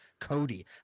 cody